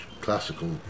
classical